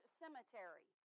cemetery